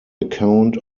account